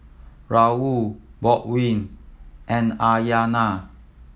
Raul Baldwin and Aryana